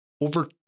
Over